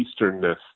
easternness